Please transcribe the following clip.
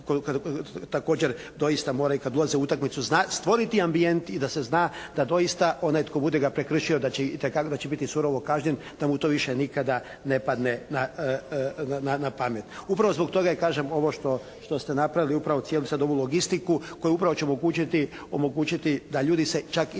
također doista moraju i kada ulaze u utakmicu zna stvoriti ambijent i da se zna da doista onaj tko bude ga prekršio da će biti surovo kažnjen, da mu to više nikada ne padne na pamet. Upravo zbog toga i kažem ovo što ste napravili, cijelu ovu sada ovu logistiku koja upravo će omogućiti da ljudi se čak i znaju